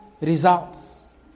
results